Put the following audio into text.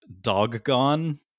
doggone